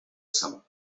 summer